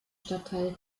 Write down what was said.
stadtteil